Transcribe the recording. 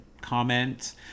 comment